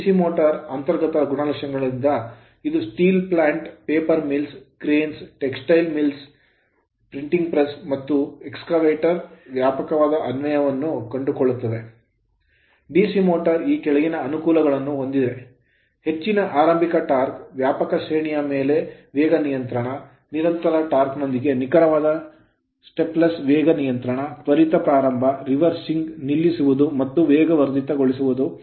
DC motors motor ಗಳ ಅಂತರ್ಗತ ಗುಣಲಕ್ಷಣಗಳಿಂದಾಗಿ ಇದು steel plant ಉಕ್ಕಿನ ಸ್ಥಾವರ paper mills ಕಾಗದದ ಗಿರಣಿಗಳು cranes ಕ್ರೇನ್ ಗಳು textile mills ಜವಳಿ ಗಿರಣಿಗಳು printing presses ಮುದ್ರಣಾಲಯಗಳು ಮತ್ತು excavatore ಉತ್ಖನನಕಾರದಲ್ಲಿ ವ್ಯಾಪಕವಾದ ಅನ್ವಯವನ್ನು ಕಂಡುಕೊಳ್ಳುತ್ತದೆ DC motors ಮೋಟರ್ ಗಳು ಈ ಕೆಳಗಿನ ಅನುಕೂಲಗಳನ್ನು ಹೊಂದಿವೆ ಹೆಚ್ಚಿನ ಆರಂಭಿಕ torque ಟಾರ್ಕ್ ವ್ಯಾಪಕ ಶ್ರೇಣಿಯ ಮೇಲೆ ವೇಗ ನಿಯಂತ್ರಣ ನಿರಂತರ torque ಟಾರ್ಕ್ ನೊಂದಿಗೆ ನಿಖರವಾದ stepless ಹೆಜ್ಜೆರಹಿತ ವೇಗ ನಿಯಂತ್ರಣ ತ್ವರಿತ ಪ್ರಾರಂಭ reversing ಹಿಮ್ಮುಖಗೊಳಿಸುವುದನ್ನು ನಿಲ್ಲಿಸುವುದು ಮತ್ತು ವೇಗವರ್ಧಿತಗೊಳಿಸುವುದು